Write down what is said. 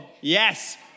yes